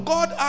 God